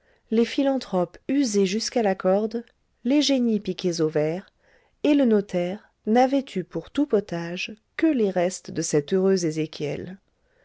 les philanthropes usés jusqu'à la corde les génies piqués aux vers et le notaire n'avaient eu pour tout potage que les restes de cet